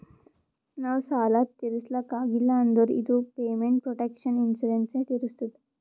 ನಾವ್ ಸಾಲ ತಿರುಸ್ಲಕ್ ಆಗಿಲ್ಲ ಅಂದುರ್ ಇದು ಪೇಮೆಂಟ್ ಪ್ರೊಟೆಕ್ಷನ್ ಇನ್ಸೂರೆನ್ಸ್ ಎ ತಿರುಸ್ತುದ್